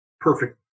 perfect